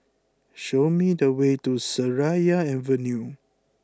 show me the way to Seraya Avenue